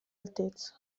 altezza